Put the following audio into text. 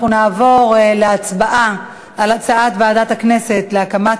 אנחנו נעבור להצבעה על הצעת ועדת הכנסת להקמת